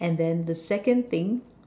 and then the second thing